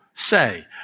say